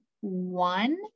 one